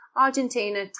Argentina